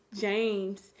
James